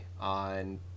on